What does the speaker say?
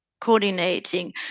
coordinating